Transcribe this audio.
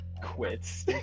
Quits